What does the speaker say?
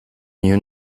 new